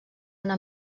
una